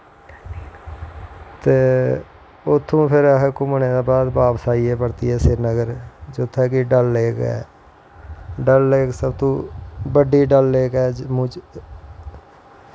ते उत्थूं दा घूनें दे बाद फिर बापस आइ गे अस श्री नगर जित्थें कि डल लेक ऐ डल लेक सब तों बड्डी डल लेक ऐ